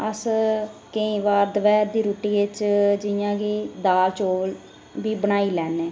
अस केईं बार दपैह्र दी रुट्टियै च जि'यां कि दाल चौल बी बनाई लैने